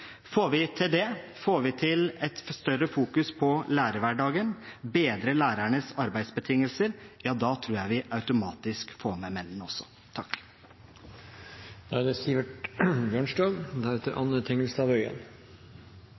Får vi til det, får vi til et større fokus på lærerhverdagen, bedre lærernes arbeidsbetingelser, tror jeg vi automatisk får med mennene også. Det er